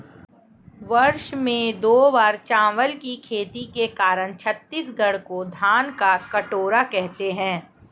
वर्ष में दो बार चावल की खेती के कारण छत्तीसगढ़ को धान का कटोरा कहते हैं